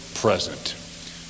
present